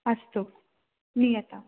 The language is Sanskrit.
अस्तु नीयताम्